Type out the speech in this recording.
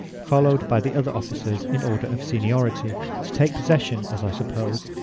followed by the other officers in order of seniority, to take possession, as i suppose,